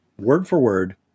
word-for-word